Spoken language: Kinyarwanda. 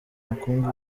bukungu